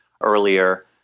earlier